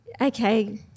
Okay